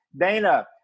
Dana